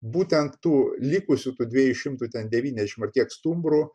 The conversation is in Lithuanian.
būtent tų likusių tų dviejų šimtų ten devyniasdešimt ar kiek stumbrų